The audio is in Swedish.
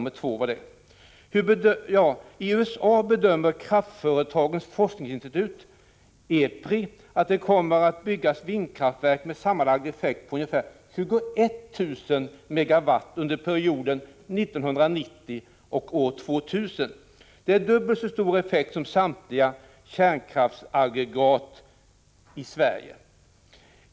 I USA bedömer kraftföretagens forskningsinstitut EPRI att det kommer 67 att byggas vindkraftverk med en sammanlagd effekt på ca 21 000 MW under perioden 1990-2000. Det är dubbelt så stor effekt som i samtliga kärnkraftsaggregat i Sverige.